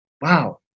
wow